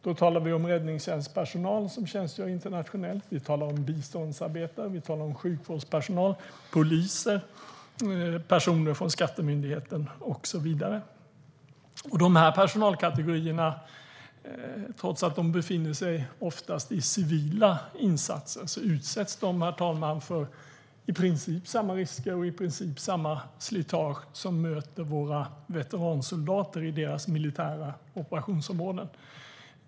Då talar vi om räddningstjänstpersonal som tjänstgör internationellt, biståndsarbetare, sjukvårdspersonal, poliser, personal från Skattemyndigheten och så vidare. Även om dessa personalkategorier oftast befinner sig i civila insatser utsätts de för i princip samma risker och slitage som våra veteransoldater gör i sina militära operationsområden.